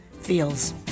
feels